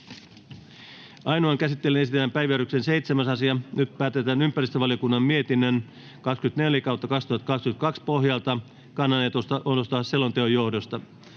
Ainoaan käsittelyyn esitellään päiväjärjestyksen 7. asia. Nyt päätetään ympäristövaliokunnan mietinnön YmVM 24/2022 vp pohjalta kannanotosta selonteon johdosta.